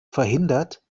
verhindert